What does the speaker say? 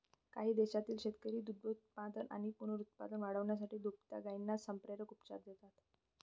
काही देशांतील शेतकरी दुग्धोत्पादन आणि पुनरुत्पादन वाढवण्यासाठी दुभत्या गायींना संप्रेरक उपचार देतात